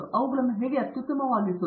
ಅವುಗಳನ್ನು ಹೇಗೆ ಅತ್ಯುತ್ತಮವಾಗಿಸುವುದು